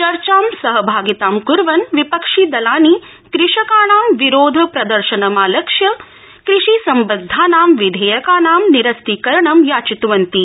चर्चा सहभागितां क्र्वन् विपक्षि लानि कृषकाणां विरोध प्र र्शनमालक्ष्य कृषि सम्बद्धानां विधेयकानां निरस्तीकरणं याचितवन्ति